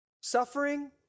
suffering